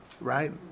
right